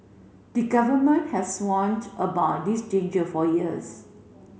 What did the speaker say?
the Government has warned about this danger for years